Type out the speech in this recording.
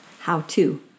how-to